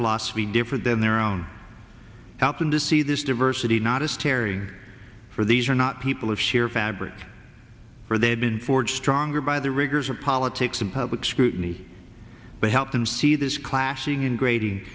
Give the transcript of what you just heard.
philosophy different than their own helping to see this diversity not as terry for these are not people of sheer fabric for they have been forged stronger by the rigors of politics and public scrutiny but help them see this clashing in grading